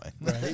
Right